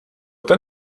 ten